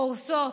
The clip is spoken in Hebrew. קורסות.